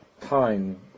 time